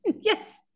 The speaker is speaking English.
Yes